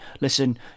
Listen